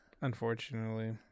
Unfortunately